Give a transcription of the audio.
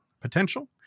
potential